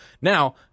Now